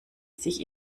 sich